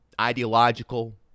ideological